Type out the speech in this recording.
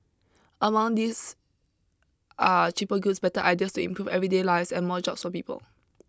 among these are cheaper goods better ideas to improve everyday lives and more jobs for people